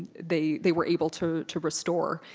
they they were able to to restore,